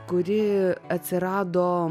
kuri atsirado